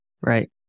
right